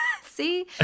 see